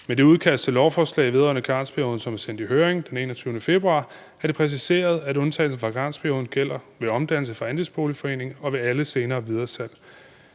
Med det udkast til lovforslag vedrørende karensperioden, som er sendt i høring den 21. februar 2020, er det præciseret, at undtagelsen fra karensperioden gælder ved omdannelse fra andelsboligforening og ved alle senere videresalg.